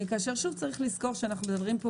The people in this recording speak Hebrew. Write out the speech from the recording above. כאשר שוב צריך לזכור שאנחנו מדברים על